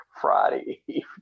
Friday